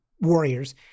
warriors